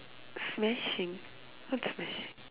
smashing what smashing